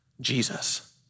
Jesus